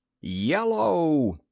Yellow